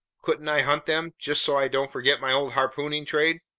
couldn't i hunt them, just so i don't forget my old harpooning trade?